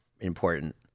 important